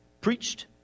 preached